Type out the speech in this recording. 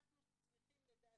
אנחנו צריכים, לדעתי,